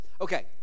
Okay